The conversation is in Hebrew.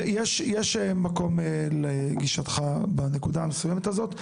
יש מקום לגישתך בנקודה המסוימת הזאת.